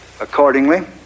Accordingly